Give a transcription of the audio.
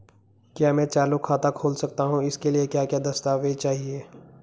क्या मैं चालू खाता खोल सकता हूँ इसके लिए क्या क्या दस्तावेज़ चाहिए?